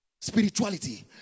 Spirituality